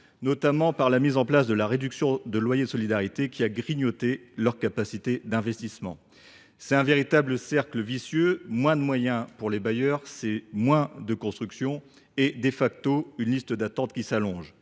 notamment par la mise en place de la réduction de loyer de solidarité, qui a grignoté leurs capacités d’investissement. C’est un véritable cercle vicieux qui s’installe : moins de moyens pour les bailleurs, c’est moins de construction et,, une liste d’attente qui s’allonge.